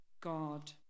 God